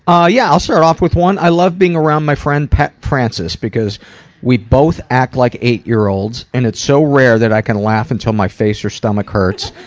yeah, i'll start off with one. i love being around my friend pat francis, because we both act like eight year-olds, and it's so rare that i can laugh until my face or stomach hurts.